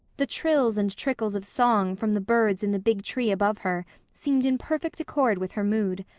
the trills and trickles of song from the birds in the big tree above her seemed in perfect accord with her mood.